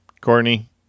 Courtney